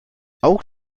auch